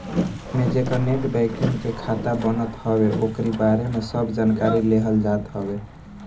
एमे जेकर net banking पे खाता बनत हवे ओकरी बारे में सब जानकारी लेहल जात हवे